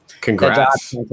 Congrats